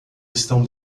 estão